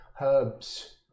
herbs